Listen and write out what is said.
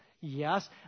Yes